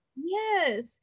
Yes